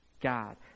God